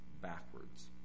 backwards